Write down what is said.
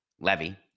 Levy